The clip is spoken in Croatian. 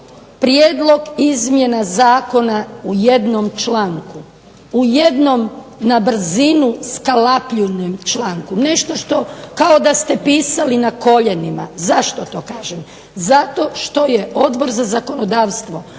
prijedlog izmjena zakona u jednom članku, u jednom na brzinu sklopljenom članku. Nešto što kao da ste pisali na koljenima. Zašto to kažem? Zato što je Odbor za zakonodavstvo